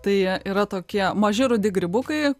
tai yra tokie maži rudi grybukai